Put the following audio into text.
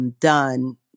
Done